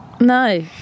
No